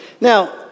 Now